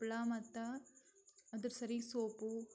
ಹಪ್ಪಳ ಮತ್ತು ಅದ್ರ ಸರಿ ಸೋಪು